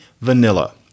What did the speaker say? vanilla